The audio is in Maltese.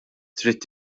trid